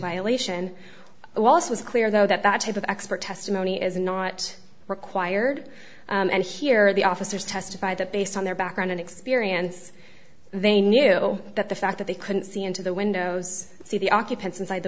violation also was clear though that that type of expert testimony is not required and here the officers testified that based on their background and experience they knew that the fact that they couldn't see into the windows see the occupants inside the